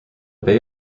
bay